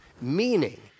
Meaning